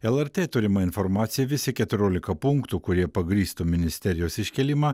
lrt turima informacija visi keturiolika punktų kurie pagrįstų ministerijos iškėlimą